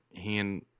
hand